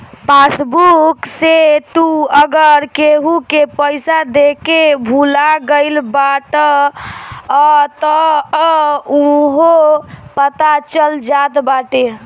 passbook से तू अगर केहू के पईसा देके भूला गईल बाटअ तअ उहो पता चल जात बाटे